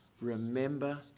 remember